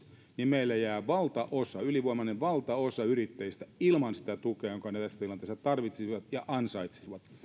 niin meillä jää valtaosa ylivoimainen valtaosa yrittäjistä ilman sitä tukea jonka he tässä tilanteessa tarvitsisivat ja ansaitsisivat